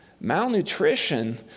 malnutrition